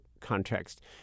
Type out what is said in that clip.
context